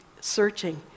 searching